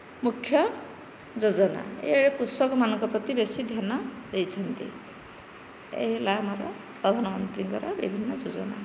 ମୁଖ୍ୟ ଯୋଜନା ଏ କୃଷକମାନଙ୍କ ପ୍ରତି ବେଶୀ ଧ୍ୟାନ ଦେଇଛନ୍ତି ଏ ହେଲା ଆମର ପ୍ରଧାନମନ୍ତ୍ରୀଙ୍କର ବିଭିନ୍ନ ଯୋଜନା